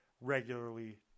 regularly